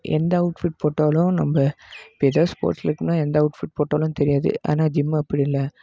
எந்த அவுட்ஃபிட் போட்டாலும் நம்ம இப்போ எதோ ஸ்போர்ட்ஸ் எந்த அவுட்ஃபிட் போட்டாலும் தெரியாது ஆனால் ஜிம் அப்படி இல்லை